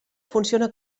funciona